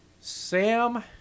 Sam